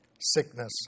sickness